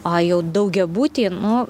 o jei daugiabuty nu